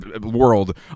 world